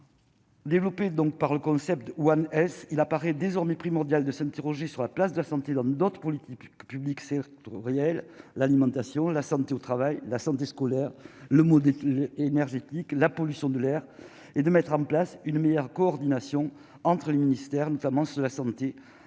Développé, donc par le concept One s, il apparaît désormais primordial de s'interroger sur la place de la santé, l'homme d'autres politiques publiques c'est réel, l'alimentation, la santé au travail, la santé scolaire le modèle énergétique, la pollution de l'air et de mettre en place une meilleure coordination entre les ministères, notamment ceux de la santé